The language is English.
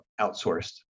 outsourced